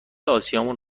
آسیامون